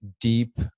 deep